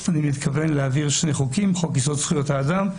שאני מתכוון להעביר שני חוקים: חוק יסוד: זכויות האדם,